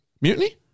Mutiny